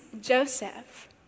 Joseph